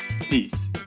Peace